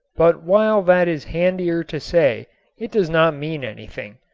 but while that is handier to say it does not mean anything.